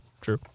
True